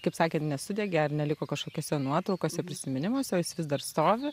kaip sakėt nesudegė ar neliko kažkokiose nuotraukose prisiminimuose o jis vis dar stovi